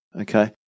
Okay